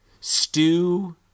Stew